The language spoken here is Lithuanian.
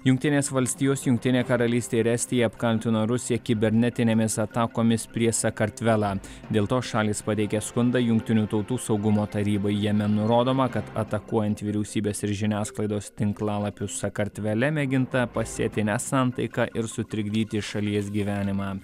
jungtinės valstijos jungtinė karalystė ir estija apkaltino rusiją kibernetinėmis atakomis prieš sakartvelą dėl to šalys pateikė skundą jungtinių tautų saugumo tarybai jame nurodoma kad atakuojant vyriausybės ir žiniasklaidos tinklalapius sakartvele mėginta pasėti nesantaiką ir sutrikdyti šalies gyvenimą